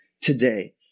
today